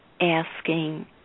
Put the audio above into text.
asking